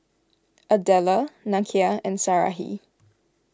Adella Nakia and Sarahi